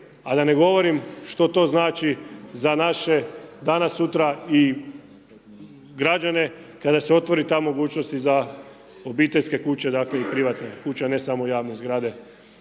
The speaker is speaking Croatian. a da ne govorim što to znači za naše danas sutra i građane kada se otvori i ta mogućnost i za obiteljske kuće dakle i privatne kuće, a ne samo javne zgrade